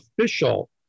official